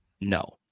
No